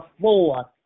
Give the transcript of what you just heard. fourth